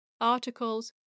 articles